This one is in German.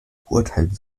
beurteilen